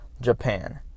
Japan